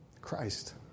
Christ